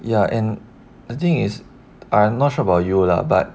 ya and the thing is I'm not sure about you lah but